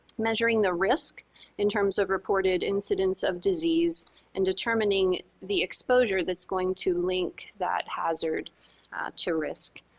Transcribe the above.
measuring the risk in terms of reported incidents of disease and determining the exposure that's going to link that hazard to risk.